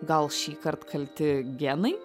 gal šįkart kalti genai